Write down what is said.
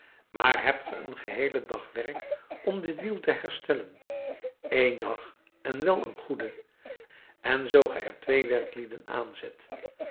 maar hebt ge een geheelen dag werk om dit wiel te herstellen een dag en wel een goeden en zoo ge er twee werklieden aanzet